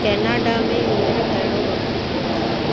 Canada में हींअर कहिड़ो वक़्तु थियो आहे